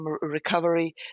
recovery